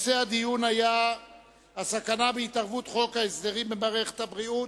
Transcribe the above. נושא הדיון היה הסכנה בהתערבות חוק ההסדרים במערכת הבריאות.